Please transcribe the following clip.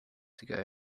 ago